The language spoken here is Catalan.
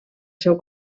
seu